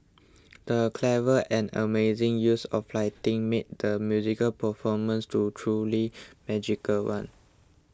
the clever and amazing use of lighting made the musical performance to truly magical one